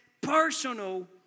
personal